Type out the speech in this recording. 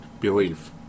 belief